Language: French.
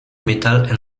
metal